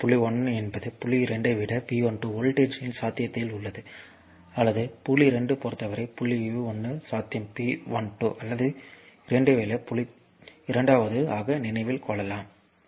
அதாவது புள்ளி 1 என்பது புள்ளி 2 ஐ விட V12 வோல்ட்டுகளின் சாத்தியத்தில் உள்ளது அல்லது புள்ளி 2 ஐ பொறுத்தவரை புள்ளி 1 இல் உள்ள சாத்தியம் V12 அல்லது புள்ளி 2 ஐ பொறுத்தவரை புள்ளி 1 இல் உள்ள சாத்தியம் V12 இரண்டாவது ஆக நினைவில் கொள்ளலாம்